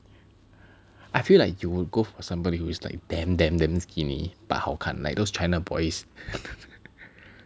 I feel like you will go for somebody who is like damn damn damn skinny but 好看 like those China boys